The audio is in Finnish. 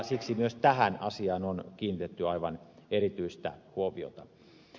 siksi myös tähän asiaan on kiinnitetty aivan erityistä huomiota